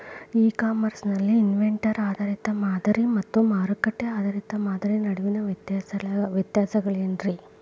E commerce ನಲ್ಲಿ inventory ಆಧಾರಿತ ಮಾದರಿ ಮತ್ತ ಮಾರುಕಟ್ಟೆ ಆಧಾರಿತ ಮಾದರಿಯ ನಡುವಿನ ವ್ಯತ್ಯಾಸಗಳೇನ ರೇ?